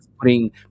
putting